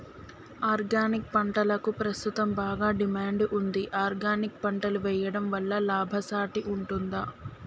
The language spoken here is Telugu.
ఆర్గానిక్ పంటలకు ప్రస్తుతం బాగా డిమాండ్ ఉంది ఆర్గానిక్ పంటలు వేయడం వల్ల లాభసాటి ఉంటుందా?